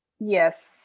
Yes